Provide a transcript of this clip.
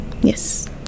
Yes